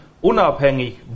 unabhängig